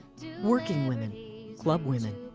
working women, club women,